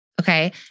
okay